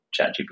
ChatGPT